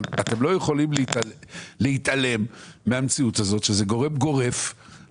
אבל אתם לא יכולים להתעלם מהמציאות הזאת שזה גורם לאנשים,